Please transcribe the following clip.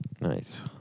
Nice